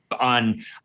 on